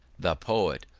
the poet,